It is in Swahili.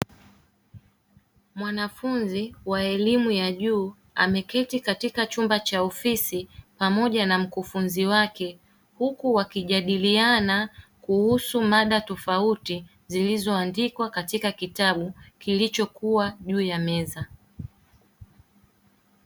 Mwanafunzi wa elimu ya juu ameketi katika chumba cha ofisi pamoja na mkufunzi wake huku wakijadiliana kuhusu mada tofauti zilizoandikwa katika kitabu kilichokuwa juu ya meza.